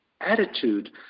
attitude